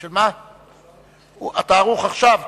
אתה ערוך עכשיו?